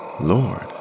Lord